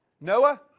Noah